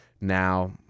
now